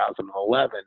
2011